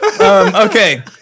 Okay